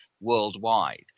worldwide